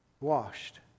washed